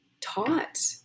taught